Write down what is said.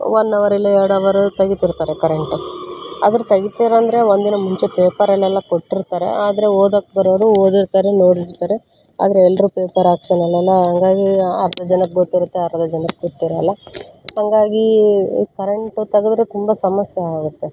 one hour ಇಲ್ಲ ಎರಡು ಅವರು ತೆಗಿತಿರ್ತಾರೆ ಕರೆಂಟು ಆದರೆ ತೆಗಿತರಂದರೆ ಒಂದಿನ ಮುಂಚೆ ಪೇಪರಲ್ಲೆಲ್ಲ ಕೊಟ್ಟಿರ್ತಾರೆ ಆದರೆ ಓದೋಕೆ ಬರೋವರು ಓದಿರ್ತಾರೆ ನೋಡಿರ್ತಾರೆ ಆದರೆ ಎಲ್ರೂ ಪೇಪರ್ ಹಾಕ್ಸ್ಕೊಳಲ್ಲ ಹಂಗಾಗಿ ಅರ್ಧ ಜನಕ್ಕೆ ಗೊತ್ತಿರುತ್ತೆ ಅರ್ಧ ಜನಕ್ಕೆ ಗೊತ್ತಿರಲ್ಲ ಹಾಗಾಗಿ ಕರೆಂಟು ತೆಗದರೆ ತುಂಬ ಸಮಸ್ಯೆಯಾಗುತ್ತೆ